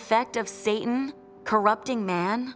effect of satan corrupting man